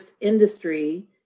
industry